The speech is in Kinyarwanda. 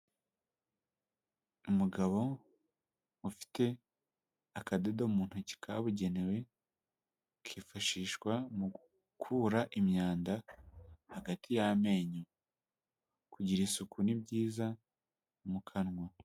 Umugabo ufite akadodo mu ntoki kabugenewe kifashishwa mu gukura imyanda hagati y'amenyo kugira isuku ni byiza mu kanwa.